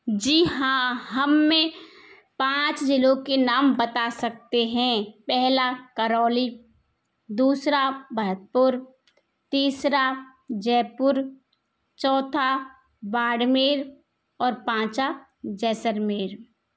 जी हाँ हम पाँच जिलों के नाम बता सकते हैं पहला करौली दूसरा भरतपुर तीसरा जयपुर चौथा बाड़मेर और पाँचवाँ जैसलमेर